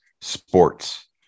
sports